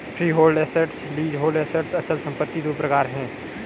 freehold assets, leasehold assets अचल संपत्ति दो प्रकार है